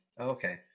Okay